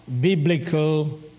biblical